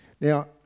Now